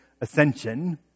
ascension